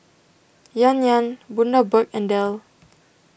Yan Yan Bundaberg and Dell